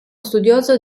studioso